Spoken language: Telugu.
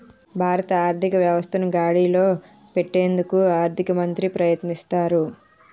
భారత ఆర్థిక వ్యవస్థను గాడిలో పెట్టేందుకు ఆర్థిక మంత్రి ప్రయత్నిస్తారు